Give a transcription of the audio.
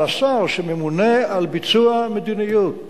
אבל השר, שממונה על ביצוע המדיניות